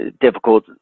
difficult